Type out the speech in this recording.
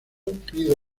pido